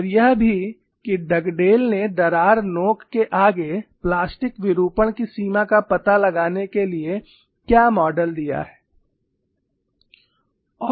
और यह भी कि डगडेल ने दरार नोक के आगे प्लास्टिक विरूपण की सीमा का पता लगाने के लिए क्या मॉडल दिया है